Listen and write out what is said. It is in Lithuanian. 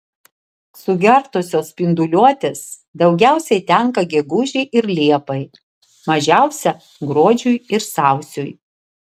sugertosios spinduliuotės daugiausiai tenka gegužei ir liepai mažiausia gruodžiui ir sausiui